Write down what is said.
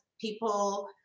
people